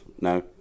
No